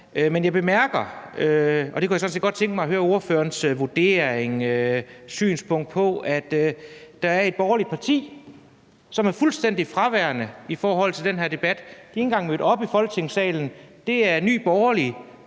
Men jeg bemærker – og der kunne jeg sådan set godt tænke mig at høre ordførerens vurdering og synspunkt – at der er et borgerligt parti, som er fuldstændig fraværende i den her debat. Man er ikke engang mødt op i Folketingssalen. Det er Nye Borgerlige.